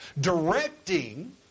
directing